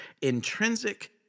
intrinsic